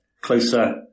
closer